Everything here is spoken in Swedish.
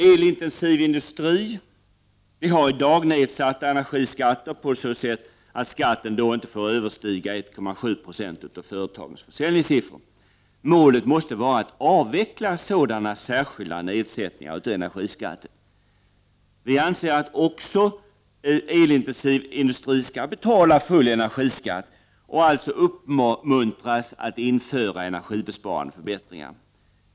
Elintensiv industri har i dag nedsatta energiskatter på så sätt att skatten aldrig får överstiga 1,7 90 av företagets försäljningssiffror. Målet måste vara att avveckla sådana särskilda nedsättningar av energiskatten. Vi anser att även elintensiv industri skall betala full energiskatt och alltså uppmuntras att införa energibesparande förbättringar.